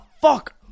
fuck